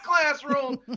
classroom